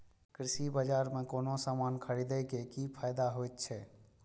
कृषि बाजार में कोनो सामान खरीदे के कि फायदा होयत छै?